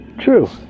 True